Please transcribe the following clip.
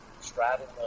straddling